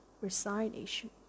resignation